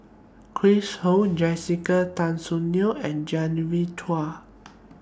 Chris Ho Jessica Tan Soon Neo and Genevieve Chua